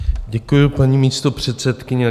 Děkuji, paní místopředsedkyně.